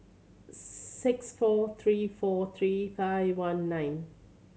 six four three four three five one nine